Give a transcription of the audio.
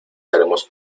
haremos